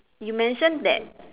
you mentioned that